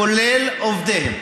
כולל עובדיהם.